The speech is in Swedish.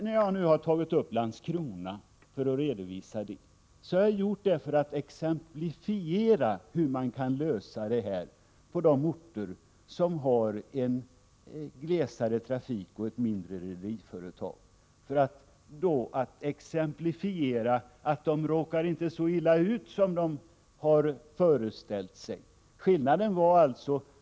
När jag nu har tagit upp Landskrona och redovisat förhållandena där, har jag gjort det för att exemplifiera hur det hela kan lösas på de orter som har en glesare trafik och ett mindre rederiföretag -— för att visa att de inte råkar så illa ut som de har föreställt sig.